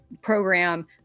program